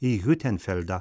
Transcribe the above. į hiutenfeldą